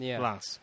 plus